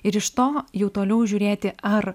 ir iš to jau toliau žiūrėti ar